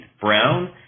Brown